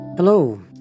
Hello